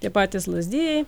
tie patys lazdijai